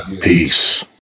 Peace